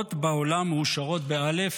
המאושרות בעולם, מאושרות באל"ף,